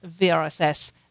VRSS